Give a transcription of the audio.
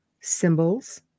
symbols